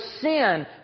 sin